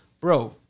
bro